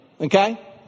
Okay